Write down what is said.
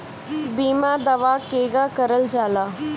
बीमा दावा केगा करल जाला?